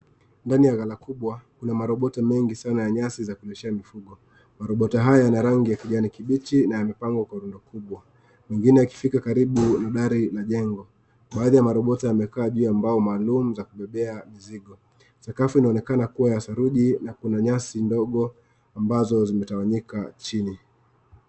Ndani ya gala kubwa, kuna maroboto mengi sana za nyasi za kulishia mifugo. Maroboto haya yana rangi ya kijani kibichi na yamepangwa kwa rundo kubwa. Mengine yakifika karibu na dari la jengo, baadhi ya maroboto yamekaa juu ya mbao maalaum za kubebea mizigo, sakafu inaonekana kuwa ya saruji na kuna nyasi ndogo ambazo zimetawanyika chini.